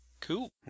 Cool